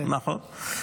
נכון, נכון.